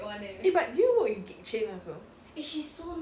eh but did you work with gek cheng also